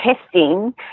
testing